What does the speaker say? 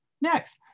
Next